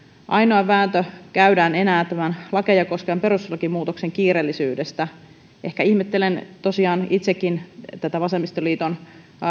ainoa vääntö käydään enää tämän lakeja koskevan perustuslakimuutoksen kiireellisyydestä ehkä ihmettelen tosiaan itsekin tätä vasemmistoliiton